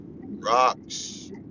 Rocks